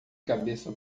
cabeça